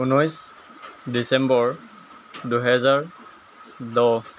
ঊনৈছ ডিচেম্বৰ দুহেজাৰ দহ